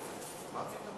לא אמרתי למישהו